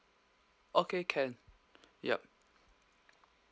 okay can yup